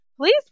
please